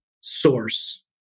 source